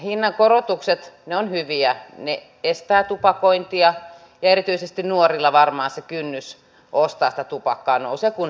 hinnankorotukset ovat hyviä ne estävät tupakointia ja erityisesti nuorilla varmaan se kynnys ostaa sitä tupakkaa nousee kun se on kallista